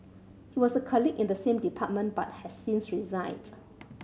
he was a colleague in the same department but has since resigns